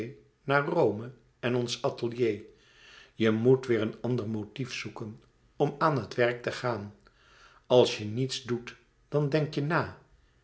naar rome en ons atelier je moet weêr een ander motief zoeken om aan het werk te gaan als je niets doet dan denk je na